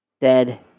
dead